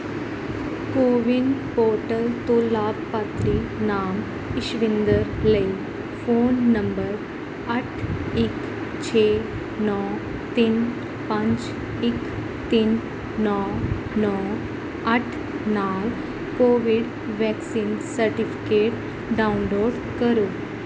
CoWIN portal ਤੋਂ ਲਾਭਪਾਤਰੀ ਨਾਮ ਇਸ਼ਵਿੰਦਰ ਲਈ ਫ਼ੋਨ ਨੰਬਰ ਅੱਠ ਇੱਕ ਛੇ ਨੌਂ ਤਿੰਨ ਪੰਜ ਇੱਕ ਤਿੰਨ ਨੌਂ ਨੌਂ ਅੱਠ ਨਾਲ ਕੋਵਿਡ ਵੈਕਸੀਨ ਸਰਟੀਫਿਕੇਟ ਡਾਊਨਲੋਡ ਕਰੋ